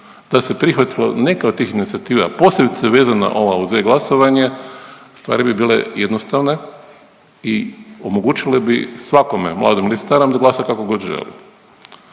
Da se prihvatilo neke od tih inicijativa, a posebice vezana ova uz e-glasovanje stvari bi bile jednostavne i omogućile bi svakom mladom ili starom da glasa kako god želi.